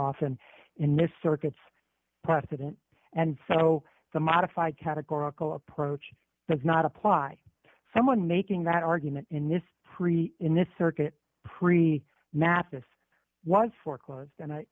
often in this circuits precedent and so the modified categorical approach does not apply to someone making that argument in this pre in this circuit pre mathis was foreclosed on and